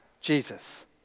Jesus